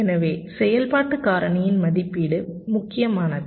எனவே செயல்பாட்டு காரணியின் மதிப்பீடு முக்கியமானது